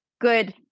good